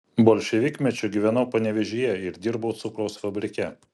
bolševikmečiu gyvenau panevėžyje ir dirbau cukraus fabrike